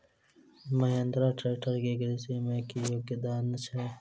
Mahindra tractor केँ कृषि मे की योगदान छै?